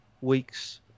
weeks